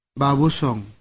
babusong